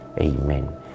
Amen